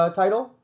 title